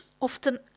often